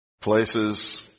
places